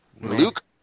Luke